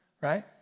right